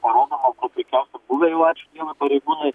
parodoma kuo puikiausia buvę jau ačiū dievui pareigūnai